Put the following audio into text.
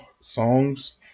songs